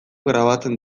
grabatzen